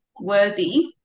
worthy